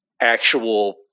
actual